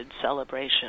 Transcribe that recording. celebration